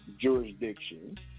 jurisdiction